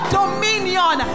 dominion